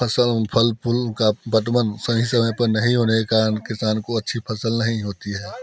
फसल फल फूल का पटवन सही समय पर नहीं होने कारण किसान को अच्छी फसल नहीं होती है